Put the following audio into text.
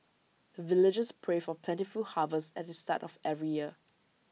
the villagers pray for plentiful harvest at the start of every year